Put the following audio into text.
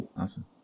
Awesome